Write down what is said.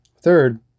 Third